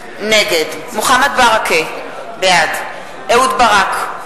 נגד מוחמד ברכה, בעד אהוד ברק,